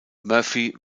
murphy